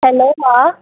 hello मां